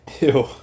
Ew